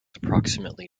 approximately